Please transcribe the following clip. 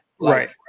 Right